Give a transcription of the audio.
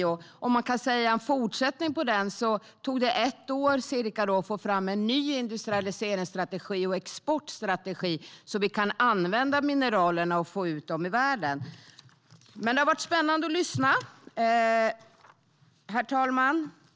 När det gäller en fortsättning på den tog det cirka ett år att få fram en ny industrialiseringsstrategi och exportstrategi så att vi kan använda mineralerna och få ut dem i världen. Herr talman!